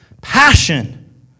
passion